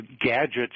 gadgets